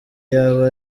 yaba